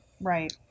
Right